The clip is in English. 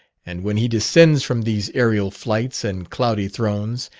and when he descends from these aerial flights and cloudy thrones,